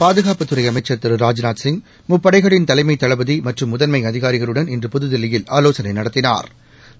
பாதுகாப்புத்துறை அமைச்ச் திரு ராஜ்நாத்சிங் முப்படைகளின் தலைமை தளபதி மற்றும் முதன்மை அதிகாரிகளுடன் இன்று புதுதில்லியில் ஆலோசனை நடத்தினாா்